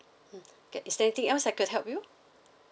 mm okay is there anything else I could help you